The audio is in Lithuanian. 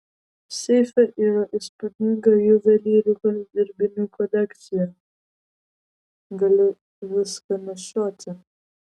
seife yra įspūdinga juvelyrikos dirbinių kolekcija gali viską nešioti